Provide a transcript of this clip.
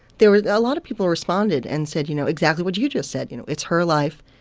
there were a lot of people who responded and said you know exactly what you just said you know it's her life.